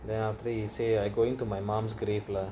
then after that he say I go to my mom's grave lah